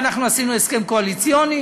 ואנחנו עשינו הסכם קואליציוני,